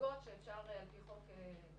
חריגות שאפשר על פי חוק --- מיטל,